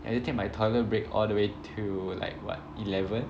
and I take my toilet break all the way to like what eleven